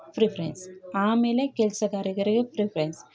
preference ಆಮೇಲೆ ಕೆಲ್ಸಗಾರರಿಗೆ preference